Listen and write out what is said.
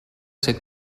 ser